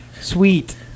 sweet